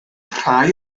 rhai